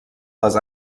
les